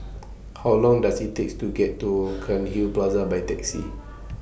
How Long Does IT Take to get to Cairnhill Plaza By Taxi